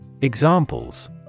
Examples